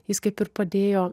jis kaip ir padėjo